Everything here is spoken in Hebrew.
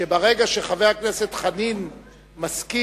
שברגע שחבר הכנסת חנין מסכים,